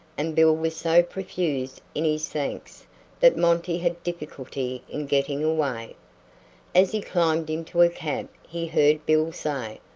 and bill was so profuse in his thanks that monty had difficulty in getting away as he climbed into a cab he heard bill say,